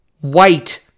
White